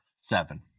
seven